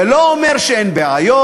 זה לא אומר שאין בעיות,